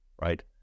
right